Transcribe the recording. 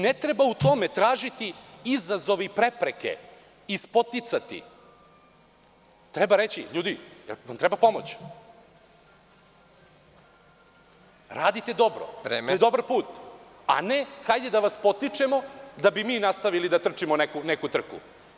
Ne treba u tome tražiti izazov i prepreke i spoticati, već treba reći – ljudi, jel vam treba pomoć, radite dobro, to je dobar put, a ne – hajde da vas spotičemo da bi mi nastavili da trčimo neku trku.